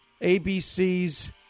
ABC's